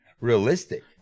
realistic